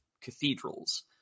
cathedrals